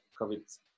COVID